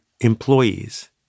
employees